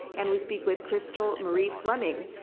and we speak with crystal marie fleming,